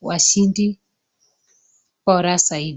washindi bora zaidi.